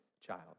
child